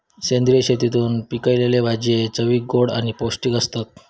सेंद्रिय शेतीतून पिकयलले भाजये चवीक गोड आणि पौष्टिक आसतत